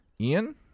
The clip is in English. ian